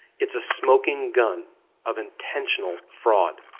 it's a smoking gun of intentional fraud.